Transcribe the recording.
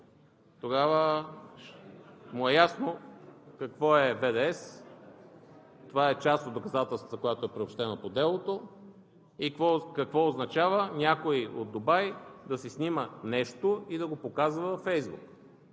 тогава му е ясно какво е ВДС, това е част от доказателствата, която е приобщена по делото, и какво означава някой от Дубай да си снима нещо и да го показва във Фейсбук.